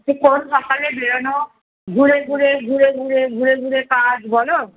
সে কোন সকালে বেরোনো ঘুরে ঘুরে ঘুরে ঘুরে ঘুরে ঘুরে কাজ বলো